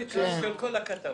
כך כל הכתבות.